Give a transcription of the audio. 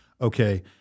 Okay